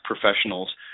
professionals